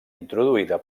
introduïda